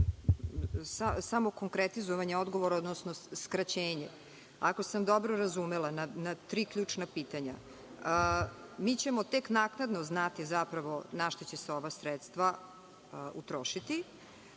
Samo konkretizovanje odgovora, odnosno skraćenje. Ako sam dobro razumela, na tri ključna pitanja, mi ćemo tek naknadno znati zapravo na šta će se ova sredstva utrošiti.